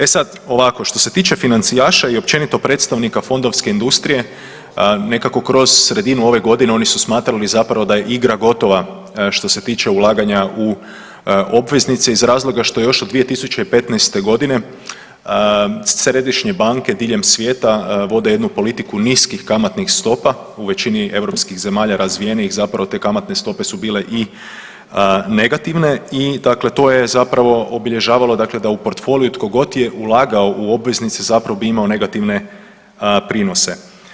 E sad ovako, što se tiče financijaša i općenito predstavnika fondovske industrije nekako kroz sredinu ove godine oni su smatrali zapravo da je igra gotova što se tiče ulaganja u obveznice iz razloga što je još od 2015.g. središnje banke diljem svijeta vode jednu politiku niskih kamatnih stopa u većini europskih zemalja razvijenijih zapravo te kamatne stope su bile i negativne i to je obilježavalo da u portfoliu tko god je ulagao u obveznice zapravo imao bi negativne prinose.